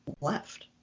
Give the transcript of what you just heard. left